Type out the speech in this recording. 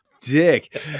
dick